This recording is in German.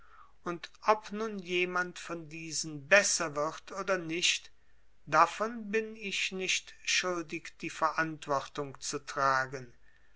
und ob nun jemand von diesen besser wird oder nicht davon bin ich nicht schuldig die verantwortung zu tragen